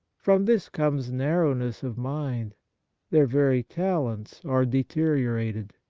from this comes narrowness of mind their very talents are deteriorated.